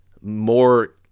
more